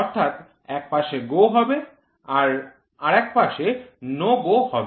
অর্থাৎ একপাশে GO হবে আর আরেকপাশে NO GO হবে